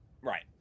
right